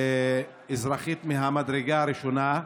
אזרחית מהמדרגה הראשונה,